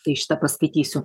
tai šitą paskaitysiu